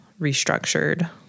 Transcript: restructured